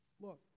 Look